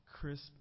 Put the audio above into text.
crisp